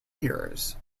ears